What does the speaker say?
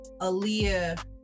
Aaliyah